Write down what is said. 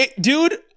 dude